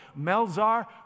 Melzar